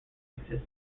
existed